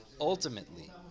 ultimately